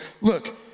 look